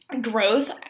growth